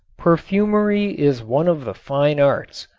perfumery is one of the fine arts.